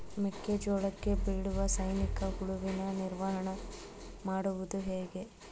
ಮೆಕ್ಕೆ ಜೋಳಕ್ಕೆ ಬೀಳುವ ಸೈನಿಕ ಹುಳುವಿನ ನಿರ್ವಹಣೆ ಮಾಡುವುದು ಹೇಗೆ?